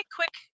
quick